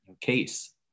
case